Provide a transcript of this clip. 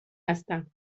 هستم